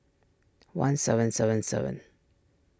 one seven seven seven